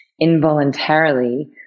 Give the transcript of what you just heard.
involuntarily